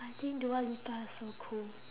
I think dua lipa is so cool